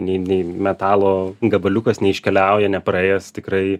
nei nei metalo gabaliukas neiškeliauja nepraėjęs tikrai